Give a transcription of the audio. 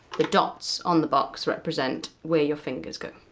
the dots on the box represent where your fingers go,